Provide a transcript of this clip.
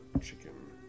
chicken